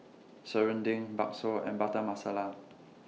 Serunding Bakso and Butter Masala